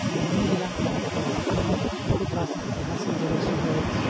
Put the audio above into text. मधुबनी जिलामे बहुत रास ऐतिहासिक जगह सेहो अछि